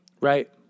Right